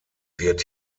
wird